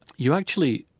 you actually,